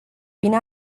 bine